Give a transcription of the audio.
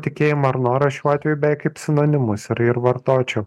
tikėjimą ar norą šiuo atveju beveik kaip sinonimus ir ir vartočiau